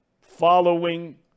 following